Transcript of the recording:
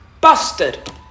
Busted